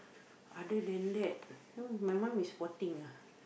other than that no my mom is poor thing lah